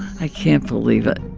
i can't believe it